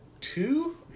two